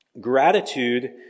gratitude